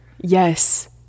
Yes